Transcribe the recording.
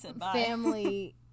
family